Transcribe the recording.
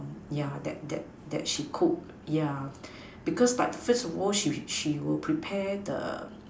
yeah that that that she cooked yeah because by first of all she she would prepare the